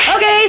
Okay